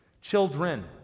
Children